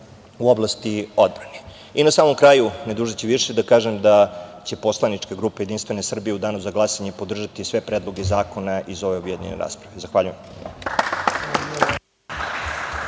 u oblasti odbrane. Na samom kraju, ne dužeći više, da kažem da će poslanička grupa Jedinstvene Srbije u danu za glasanje podržati sve predloge zakona iz ove objedinjene rasprave. Zahvaljujem.